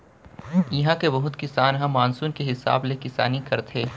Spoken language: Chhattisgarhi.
इहां के बहुत किसान ह मानसून के हिसाब ले किसानी करथे